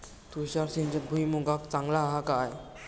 तुषार सिंचन भुईमुगाक चांगला हा काय?